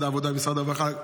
למשרד העבודה ולמשרד הרווחה.